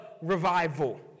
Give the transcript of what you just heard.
revival